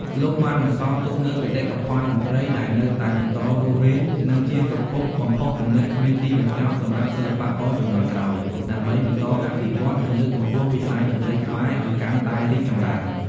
លោកបានបន្សល់ទុកនូវបេតិកភណ្ឌតន្ត្រីដែលនៅតែបន្តរស់រាន និងជាប្រភពបំផុសគំនិតគ្មានទីបញ្ចប់សម្រាប់សិល្បករជំនាន់ក្រោយ ដើម្បីបន្តអភិវឌ្ឍ និងលើកកម្ពស់វិស័យតន្ត្រីខ្មែរឱ្យកាន់តែរីកចម្រើន ។